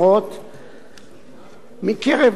מקרב אוכלוסיית המסתננים,